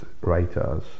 writers